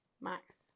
Max